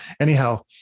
anyhow